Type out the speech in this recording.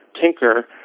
tinker